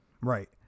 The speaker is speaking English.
Right